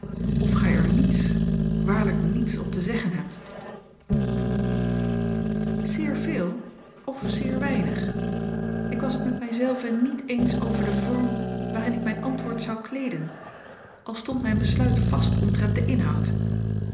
of gij er niets waarlijk niets op te zeggen hebt zeer veel of zeer weinig ik was het met mij zelve niet eens over den vorm waarin ik mijn antwoord zou kleeden al stond mijn besluit vast omtrent den inhoud